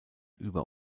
über